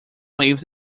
lives